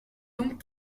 donc